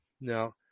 Now